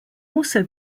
also